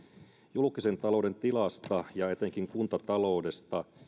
julkisen talouden tilasta ja etenkin kuntataloudesta